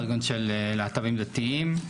ארגון של להט"בים דתיים,